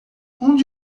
onde